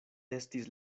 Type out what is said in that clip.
estis